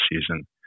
season